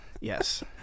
Yes